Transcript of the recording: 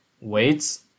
weights